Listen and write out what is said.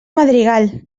madrigal